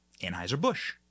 Anheuser-Busch